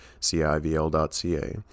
civl.ca